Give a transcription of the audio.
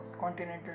Continental